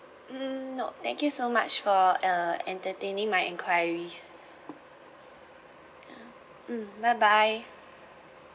mm nope thank you so much for uh entertaining my enquiries ya mm bye bye